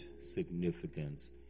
significance